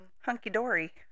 Hunky-dory